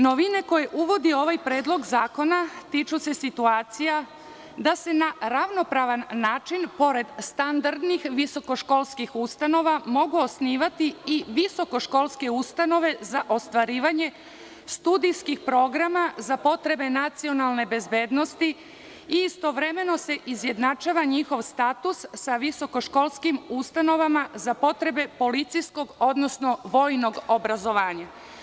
Novine koje uvodi ovaj predlog zakona tiču se situacija da se na ravnopravan način, pored standardnih visokoškolskih ustanova mogu osnivati i visokoškolske ustanove za ostvarivanje studijskih programa za potrebe nacionalne bezbednosti i istovremeno se izjednačava njihov status sa visokoškolskim ustanovama za potrebe policijskog, odnosno vojnog obrazovanja.